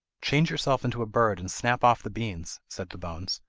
change yourself into a bird and snap off the beans said the bones.